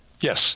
Yes